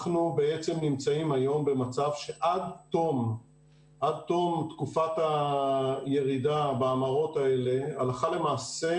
אנחנו נמצאים היום במצב שעד תום תקופת הירידה בהמרות האלה הלכה למעשה